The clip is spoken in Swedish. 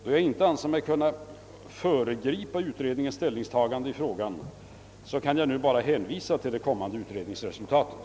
Då jag inte anser mig böra föregripa utredningens ställningstagande i frågan, kan jag nu bara hänvisa till det kommande utredningsresultatet.